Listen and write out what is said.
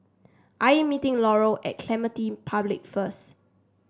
I am meeting Laurel at Clementi Public first